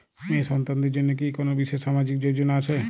মেয়ে সন্তানদের জন্য কি কোন বিশেষ সামাজিক যোজনা আছে?